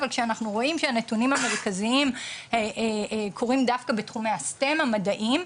אבל כשאנחנו רואים שהנתונים המרכזיים קורים דווקא בתחומי הסטן המדעיים,